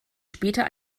später